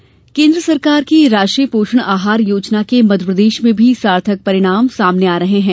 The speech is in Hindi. पोषण आहार केन्द्र सरकार की राष्ट्रीय पोषण आहार योजना के मध्यप्रदेश में भी सार्थक परिणाम सामने आ रहे हैं